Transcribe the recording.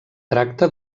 tracta